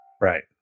right